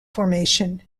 formation